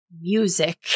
music